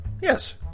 Yes